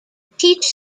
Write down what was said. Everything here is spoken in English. teach